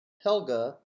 Helga